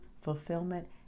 fulfillment